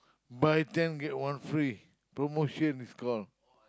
buy ten get one free promotion discount